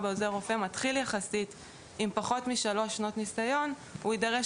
שעוזר רופא מתחיל עם פחות משלוש שנות ניסיון יידרש